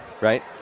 Right